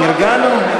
נרגענו?